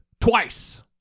twice